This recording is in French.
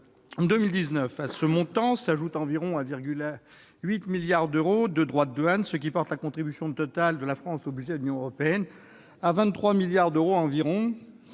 2019. À ce montant s'ajoutent quelque 1,8 milliard d'euros de droits de douane, ce qui porte la contribution totale de la France au budget de l'Union européenne à 23 milliards d'euros environ.